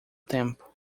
tempo